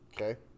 Okay